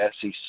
SEC